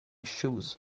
shoes